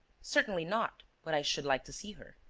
certainly not. but i should like to see her.